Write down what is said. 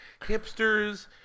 Hipsters